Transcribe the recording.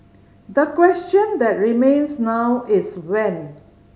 the question that remains now is when